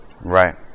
Right